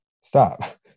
stop